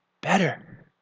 better